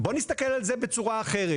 בואו נסתכל על זה בצורה אחרת,